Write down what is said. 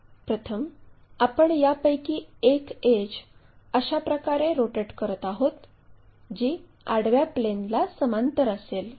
प्रथम आपण यापैकी एक एड्ज अशा प्रकारे रोटेट करत आहोत जी आडव्या प्लेनला समांतर असेल